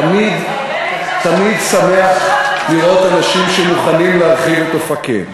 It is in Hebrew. תמיד שמח לראות אנשים שמוכנים להרחיב את אופקיהם.